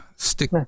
Stick